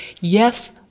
Yes